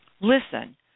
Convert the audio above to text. listen